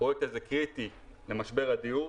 הפרויקט הזה קריטי למשבר הדיור.